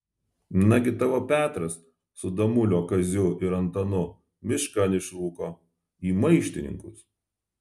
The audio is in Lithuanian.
nagi tavo petras su damulio kaziu ir antanu miškan išrūko į maištininkus